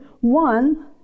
One